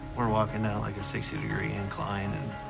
we're walking down like a sixty degree incline. and